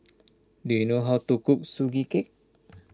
do you know how to cook Sugee Cake